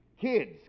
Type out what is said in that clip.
Kids